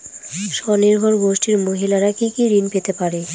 স্বনির্ভর গোষ্ঠীর মহিলারা কি কি ঋণ পেতে পারে?